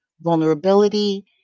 vulnerability